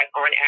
on